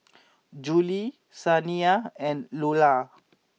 Juli Saniyah and Lular